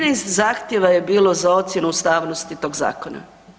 13 zahtjeva je bilo za ocjenu ustavnosti tog zakona.